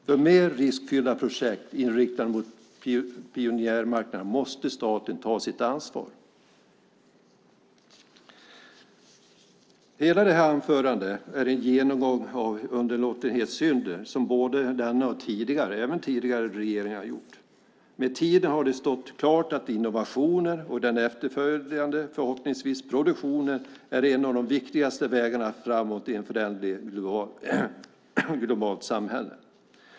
För mer riskfyllda projekt inriktade mot pionjärmarknader måste staten ta sitt ansvar. Hela det här anförandet är en genomgång av underlåtenhetssynder som både denna och även tidigare regeringar har gjort. Med tiden har det stått klart att innovationer och den efterföljande, förhoppningsvis, produktionen är en av de viktigaste vägarna framåt i ett föränderligt globalt samhälle.